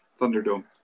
Thunderdome